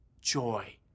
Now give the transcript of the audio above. joy